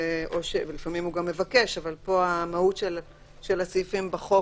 ולפעמים הוא גם מבקש אבל פה מהות הסעיפים בחוק,